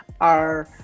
are-